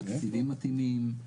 תקציבים מתאימים.